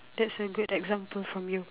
that's a good example from you